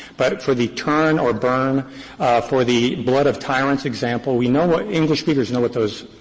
but for the turn or burn for the blood of tyrants. example, we know what english speakers know what those,